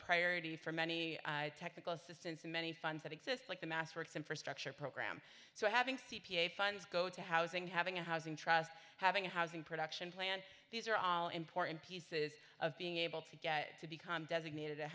priority for many technical assistance and many funds that exist like the mass works infrastructure program so having c p a funds go to housing having a housing trust having a housing production plan these are all important pieces of being able to get to become designated